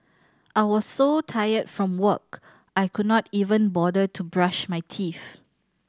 I was so tired from work I could not even bother to brush my teeth